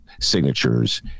signatures